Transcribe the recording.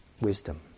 wisdom